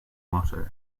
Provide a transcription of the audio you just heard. motto